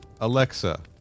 Alexa